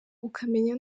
ukamenya